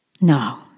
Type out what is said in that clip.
No